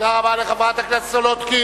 תודה רבה לחברת הכנסת סולודקין.